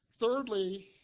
Thirdly